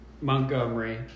Montgomery